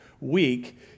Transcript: week